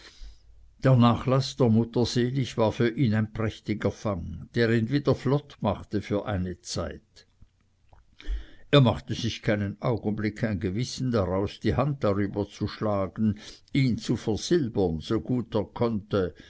der nachlaß der mutter selig war für ihn ein prächtiger fang der ihn wieder flott machte für eine zeit er machte sich keinen augenblick ein gewissen daraus die hand darüber zu schlagen ihn zu versilbern so gut er konnte